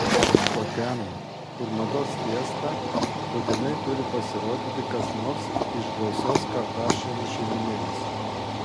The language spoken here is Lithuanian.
o ten kur mados fiesta būtinai turi pasirodyti kas nors iš gausios kardašianų šeimynėlės